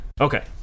Okay